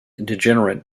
degenerate